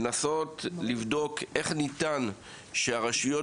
לנסות לבדוק איך ניתן לגרום לכך שהרשויות